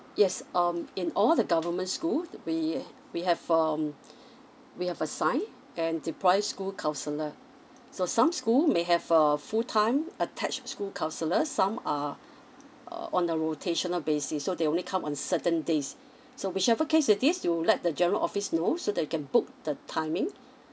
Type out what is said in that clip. yes um in all the government school we we have um we have assigned and deploy school counsellor so some school may have a full time attached school counsellors some are uh on a rotational basis so they only come on certain days so whichever case it is you let the general office know so that you can book the timing